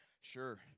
sure